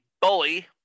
bully